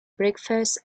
breakfast